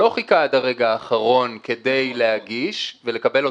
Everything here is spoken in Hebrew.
לא חשבת שלא צריך להצביע לפתוח את